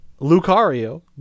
Lucario